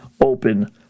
open